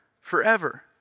forever